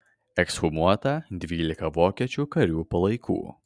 ekshumuota dvylika vokiečių karių palaikų